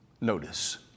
Notice